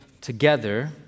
together